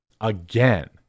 again